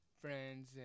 friends